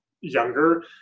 younger